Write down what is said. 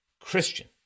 Christian